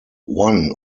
one